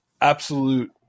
absolute